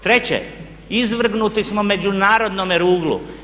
Treće, izvrgnuti smo međunarodnome ruglu.